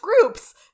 groups